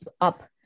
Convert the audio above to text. up